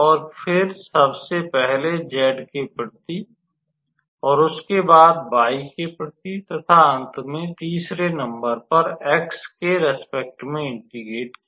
और फिर सबसे पहले z के प्रति और उसके बाद y के प्रति तथा अंत मैं तीसरे नंबर पे x के प्रति इंटेग्रेट किया